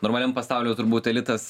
normaliam pasauly jau turbūt elitas